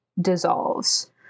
dissolves